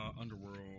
Underworld